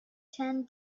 ten